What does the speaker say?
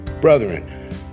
brethren